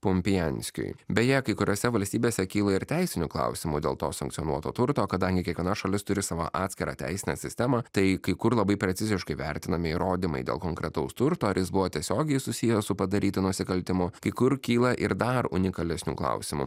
pumpijanskiui beje kai kuriose valstybėse kyla ir teisinių klausimų dėl to sankcionuoto turto kadangi kiekviena šalis turi savo atskirą teisinę sistemą tai kai kur labai preciziškai vertinami įrodymai dėl konkretaus turto ar jis buvo tiesiogiai susijęs su padarytu nusikaltimu kai kur kyla ir dar unikalesnių klausimų